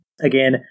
Again